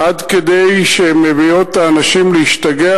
עד כדי כך שהן מביאות את האנשים להשתגע